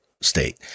state